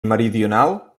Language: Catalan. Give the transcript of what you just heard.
meridional